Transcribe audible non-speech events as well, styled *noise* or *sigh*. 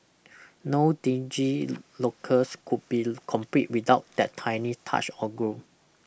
*noise* no dingy locales could be complete without that tiny touch of gore